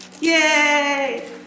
Yay